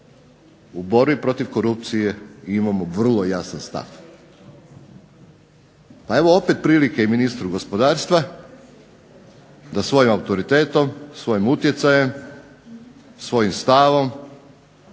u borbi protiv korupcije imamo vrlo jasan stav. Pa evo opet prilike i ministru gospodarstva da svojim autoritetom, svojim utjecajem, svojim stavom